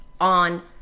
on